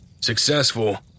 successful